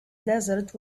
desert